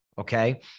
okay